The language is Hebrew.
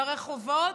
ברחובות,